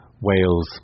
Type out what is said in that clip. Wales